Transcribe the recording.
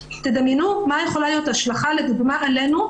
תדמיינו מה יכולה להיות ההשלכה עלינו,